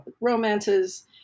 romances